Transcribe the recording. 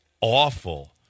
awful